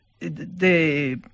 de